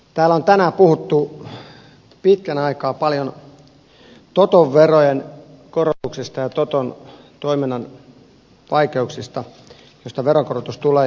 täällä on tänään puhuttu pitkän aikaa paljon toton verojen korotuksista ja toton toiminnan vaikeuksista jos tämä veronkorotus tulee